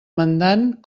mandant